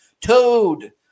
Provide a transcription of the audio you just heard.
Toad